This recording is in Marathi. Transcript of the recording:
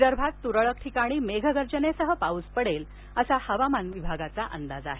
विदर्भात तुरळक ठिकाणी मेघगर्जनेसह पाऊस पडेल असा हवामान खात्याचा अंदाज आहे